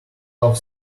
love